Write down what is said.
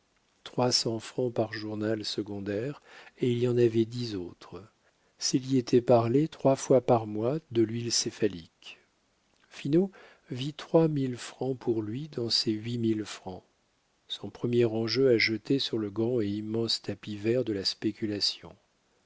par journal secondaire et il y en avait dix autres s'il y était parlé trois fois par mois de l'huile céphalique finot vit trois mille francs pour lui dans ces huit mille francs son premier enjeu à jeter sur le grand et immense tapis vert de la spéculation